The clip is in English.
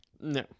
No